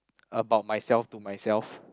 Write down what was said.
about myself to myself